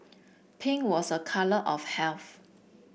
pink was a colour of health